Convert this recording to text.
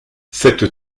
cette